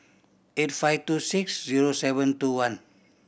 eight five two six zero seven two one